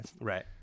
Right